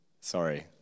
Sorry